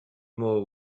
more